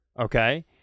okay